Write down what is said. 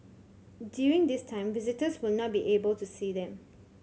during this time visitors will not be able to see them